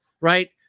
right